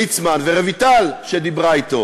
ליצמן, ורויטל דיברה אתו